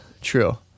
true